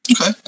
Okay